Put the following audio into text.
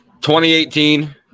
2018